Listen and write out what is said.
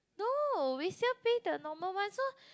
no we still pay the normal one so